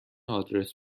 آدرس